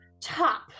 top